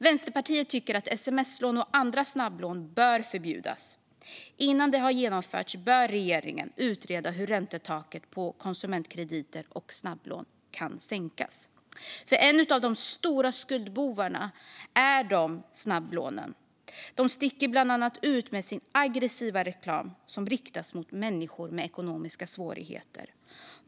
Vänsterpartiet tycker att sms-lån och andra snabblån bör förbjudas. Innan det har genomförts bör regeringen utreda hur räntetaket på konsumentkrediter och snabblån kan sänkas. En av de stora skuldbovarna är snabblånen. De sticker ut med bland annat sin aggressiva reklam som riktas mot människor med ekonomiska svårigheter.